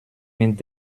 mit